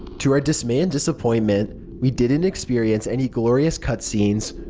to our dismay and disappointment, we didn't experience any glorious cutscenes.